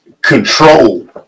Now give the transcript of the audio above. control